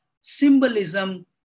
symbolism